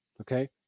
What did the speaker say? okay